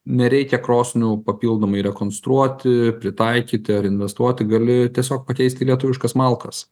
nereikia krosnių papildomai rekonstruoti pritaikyti ar investuoti gali tiesiog pakeist į lietuviškas malkas